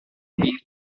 been